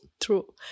true